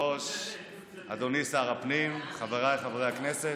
אדוני שר הפנים, חבריי חבר הכנסת.